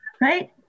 right